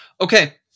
Okay